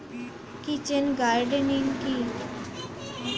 Kitchen gardening কি?